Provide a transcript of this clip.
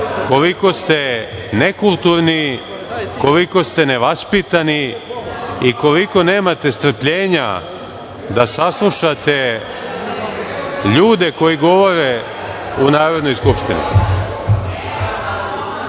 koliko ste nekulturni, koliko ste nevaspitani i koliko nemate strpljenja da saslušate ljude koji govore u Narodnoj skupštini. Doneta